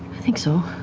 think so.